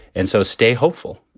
and so stay hopeful.